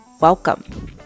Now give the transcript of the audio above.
Welcome